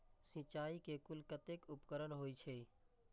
सिंचाई के कुल कतेक उपकरण होई छै?